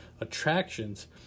attractions